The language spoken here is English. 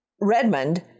Redmond